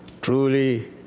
Truly